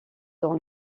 dans